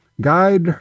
guide